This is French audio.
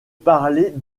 parlais